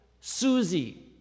Susie